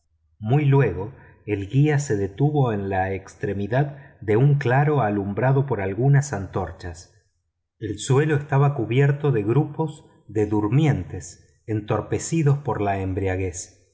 muy luego el guía se detuvo en la extremidad de un claro alumbrado por algunas antorchas el suelo estaba cubierto de grupos de durmientes entorpecidos por la embriaguez